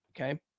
Okay